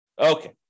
Okay